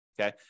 okay